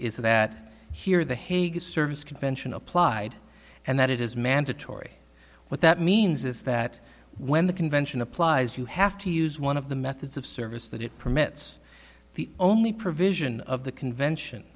is that here the hague a service convention applied and that it is mandatory what that means is that when the convention applies you have to use one of the methods of service that it permits the only provision of the convention